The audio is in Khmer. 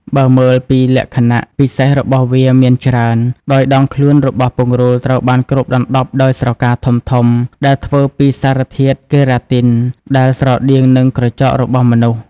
បើមើលពីលក្ខណៈពិសេសរបស់វាមានច្រើន ដោយដងខ្លួនរបស់ពង្រូលត្រូវបានគ្របដណ្ដប់ដោយស្រកាធំៗដែលធ្វើពីសារធាតុកេរ៉ាទីន ដែលស្រដៀងនឹងក្រចករបស់មនុស្ស។